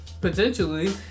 Potentially